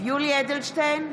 יואל אדלשטיין,